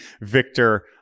Victor